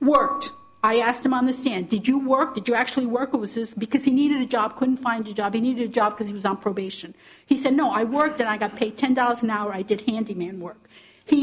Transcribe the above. worked i asked him on the stand did you work did you actually work or was this because he needed a job couldn't find a job you needed job because he was on probation he said no i worked there i got paid ten dollars an hour i did handyman work he